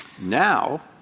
now